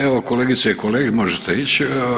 Evo, kolegice i kolege, možete ići.